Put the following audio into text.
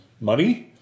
Money